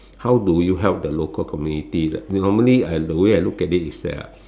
how do you help the local communities normally I the way I look at it is that uh